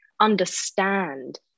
understand